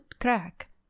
crack